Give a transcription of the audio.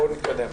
בואו נתקדם.